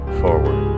forward